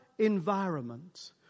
Environment